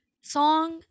song